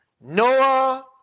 Noah